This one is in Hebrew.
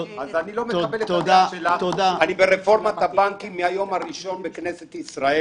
אני ברפורמת הבנקים מהיום הראשון בכנסת ישראל,